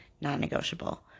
non-negotiable